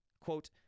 quote